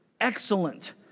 excellent